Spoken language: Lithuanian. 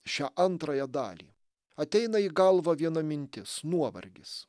šią antrąją dalį ateina į galvą viena mintis nuovargis